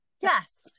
Yes